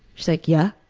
she's like, yeah.